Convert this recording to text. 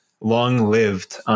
long-lived